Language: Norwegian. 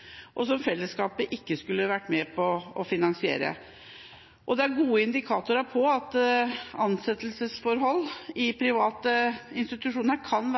og som fellesskapet ikke skal være med på å finansiere. Det er gode indikatorer på at ansettelsesforhold i private institusjoner kan være